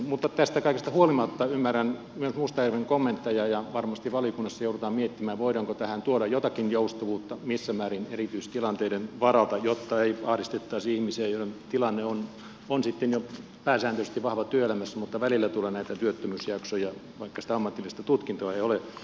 mutta tästä kaikesta huolimatta ymmärrän myös mustajärven kommentteja ja varmasti valiokunnassa joudutaan miettimään voidaanko tähän tuoda jotakin joustavuutta ja missä määrin erityistilan teiden varalta jotta ei ahdistettaisi ihmisiä joiden tilanne on jo pääsääntöisesti vahva työelämässä mutta välillä tulee näitä työttömyysjaksoja vaikka sitä ammatillista tutkintoa ei ole